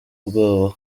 ubwoba